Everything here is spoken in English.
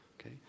Okay